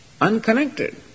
unconnected